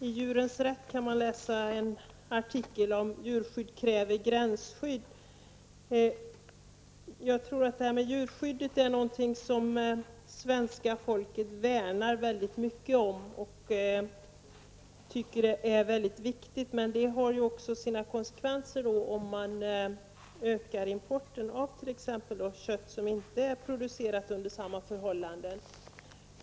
I Djurens rätt kan man läsa en artikel där det sägs att djurskydd kräver gränsskydd. Jag tror att svenska folket värnar väldigt mycket om djurskyddet och tycker att det är viktigt. Det får konsekvenser om man ökar importen av t.ex. kött som inte är producerat under samma förhållanden som i Sverige.